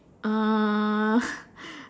uh